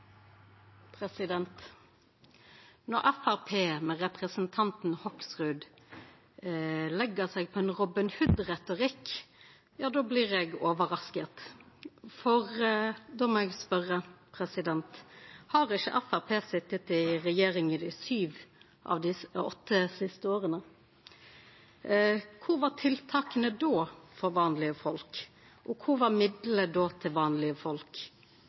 Når Framstegspartiet, med representanten Hoksrud, legg seg på ein Robin Hood-retorikk, blir eg overraska. Då må eg spørja: Har ikkje Framstegspartiet sete i regjering i sju av dei åtte siste åra? Kor var då tiltaka for vanlege folk? Og kor var då midlane til vanlege folk?